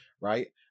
right